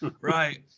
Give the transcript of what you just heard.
Right